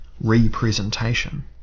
representation